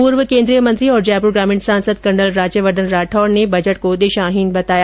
पूर्व केन्द्रीय मंत्री और जयपुर ग्रामीण सांसद कर्नल राज्यवर्धन ने बजट को दिशाहीन बताया